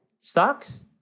stocks